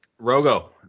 rogo